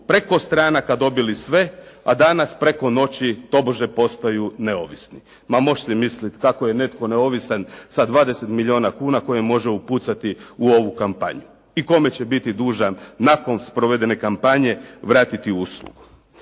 preko stranaka dobili sve a danas preko noći tobože postaju neovisni. Ma možeš si misliti kako je netko neovisan sa 20 milijuna kuna koje može upucati u ovu kampanju i kome će biti dužan nakon sprovedene kampanje vratiti uslugu.